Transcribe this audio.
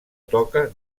toca